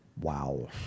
Wow